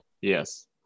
Yes